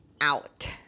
out